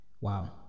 Wow